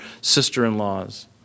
sister-in-law's